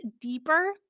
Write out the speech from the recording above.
deeper